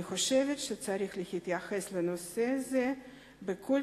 אני חושבת שצריך להתייחס לנושא זה בכל